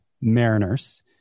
Mariners